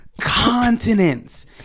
continents